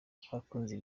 abakunzi